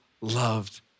loved